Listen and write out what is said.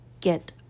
get